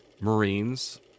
Marines